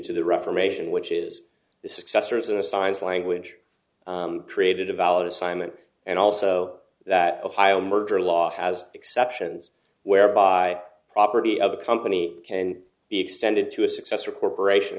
to the reformation which is the successors in a science language created a valid assignment and also that ohio murder law has exceptions whereby property of the company can be extended to a successor corporation